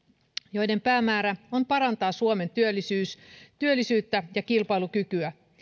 joiden päämäärä on parantaa suomen työllisyyttä ja kilpailukykyä